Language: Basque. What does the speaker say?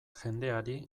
jendeari